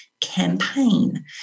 campaign